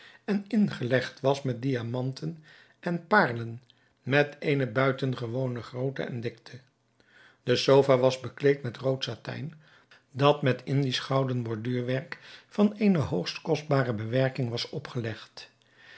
en ingelegd was met diamanten en paarlen met eene buitengewone grootte en dikte de sofa was bekleed met rood satijn dat met indisch gouden borduurwerk van eene hoogst kostbare bewerking was opgelegd